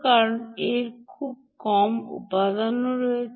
কারণ এর খুব কম উপাদান রয়েছে